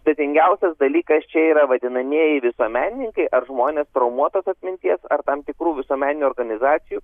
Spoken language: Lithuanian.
sudėtingiausias dalykas čia yra vadinamieji visuomenininkai ar žmonės traumuotos atminties ar tam tikrų visuomeninių organizacijų